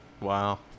Wow